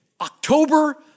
October